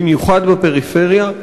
במיוחד בפריפריה,